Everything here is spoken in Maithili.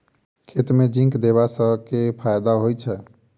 खेत मे जिंक देबा सँ केँ फायदा होइ छैय?